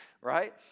right